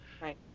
right